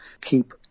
keep